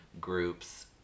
groups